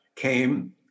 came